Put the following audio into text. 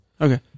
Okay